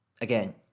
again